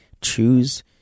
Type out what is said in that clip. choose